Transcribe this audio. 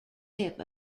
tip